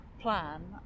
plan